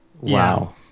Wow